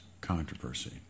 controversy